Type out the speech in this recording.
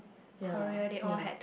ya ya